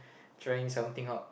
trying something out